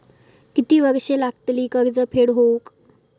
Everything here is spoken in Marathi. किती वर्षे लागतली कर्ज फेड होऊक?